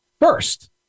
first